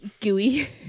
Gooey